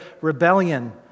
rebellion